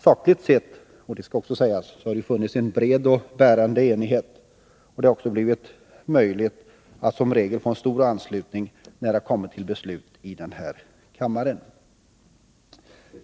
Sakligt sett — det skall också sägas — har det funnits en bred och bärande enighet, och det har också blivit möjligt att som regel få stor anslutning när man har kommit till beslut i kammaren.